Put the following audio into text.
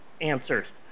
answers